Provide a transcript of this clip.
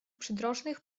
przydrożnych